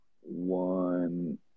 one